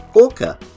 Orca